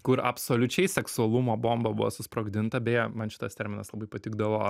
kur absoliučiai seksualumo bomba buvo susprogdinta beje man šitas terminas labai patikdavo